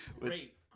Great